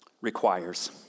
requires